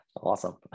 Awesome